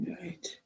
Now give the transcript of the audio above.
Right